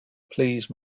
please